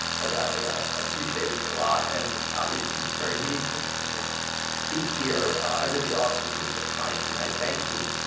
but i appreciate it a lot. and obviously, it's very meaningful for me to speak here under the auspices of mitei and i thank you.